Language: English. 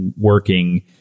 working